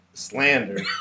slander